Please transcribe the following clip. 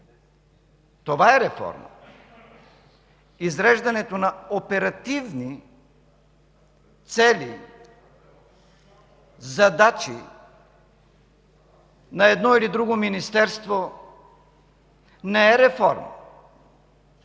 Това е реформа. Изреждането на оперативни цели, задачи на едно или друго министерство не е реформа!